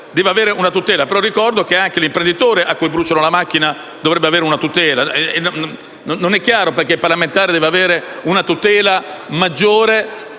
però che anche l'imprenditore a cui bruciano la macchina dovrebbe avere una tutela. Non è chiaro perché il parlamentare debba avere una tutela maggiore